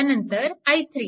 त्यानंतर i3